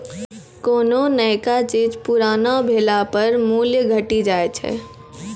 कोन्हो नयका चीज पुरानो भेला पर मूल्य घटी जाय छै